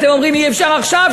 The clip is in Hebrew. אתם אומרים שאי-אפשר עכשיו,